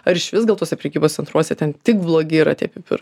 ar išvis gal tuose prekybos centruose ten tik blogi yra tie pipirai